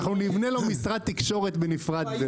אנחנו נבנה לו משרד תקשורת בנפרד.